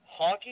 Honky